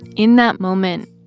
in that moment,